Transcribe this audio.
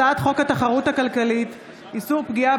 הצעת חוק התחרות הכלכלית (איסור פגיעה